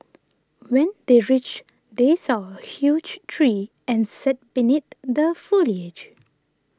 when they reached they saw a huge tree and sat beneath the foliage